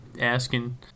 asking